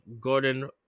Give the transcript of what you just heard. Gordon